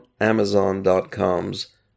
Amazon.com's